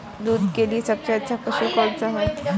दूध के लिए सबसे अच्छा पशु कौनसा है?